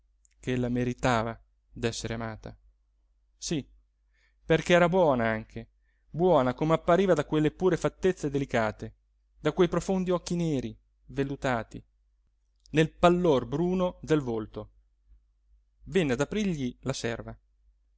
fondo ch'ella meritava d'essere amata sí perché era buona anche buona come appariva da quelle pure fattezze delicate da quei profondi occhi neri vellutati nel pallor bruno del volto venne ad aprirgli la serva